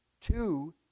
two